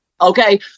Okay